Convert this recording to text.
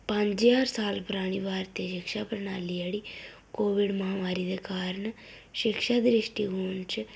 पंज ज्हार साल परानी भारती शिक्षा प्रणाली जेह्ड़ी कोविड महामारी दे कारण शिक्षा दे द्रिश्टीकोण च